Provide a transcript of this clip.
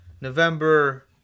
november